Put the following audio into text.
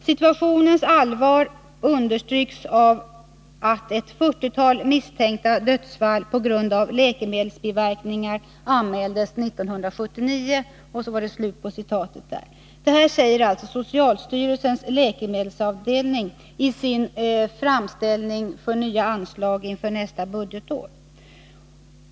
Situationens allvar understryks av att ett 40-tal misstänkta dödsfall p g a läkemedelsbiverkningar anmäldes 1979.” Detta säger alltså socialstyrelsens läkemedelsavdelning i sin framställning om nya anslag inför nästa budgetår.